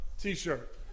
t-shirt